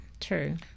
true